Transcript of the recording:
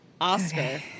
Oscar